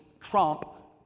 trump